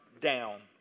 down